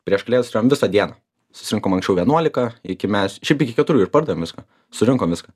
prieš kalėdas turėjom visą dieną susirinkom anksčiau vienuolika iki mes šiaip iki keturių ir pardavėm viską surinkom viską